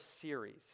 series